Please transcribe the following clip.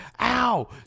Ow